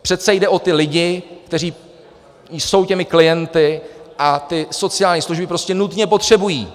Přece jde o ty lidi, kteří jsou těmi klienty a sociální služby prostě nutně potřebují.